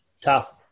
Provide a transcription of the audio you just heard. Tough